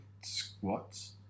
Squats